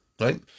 right